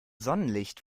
sonnenlicht